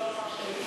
שלא לומר שלילית,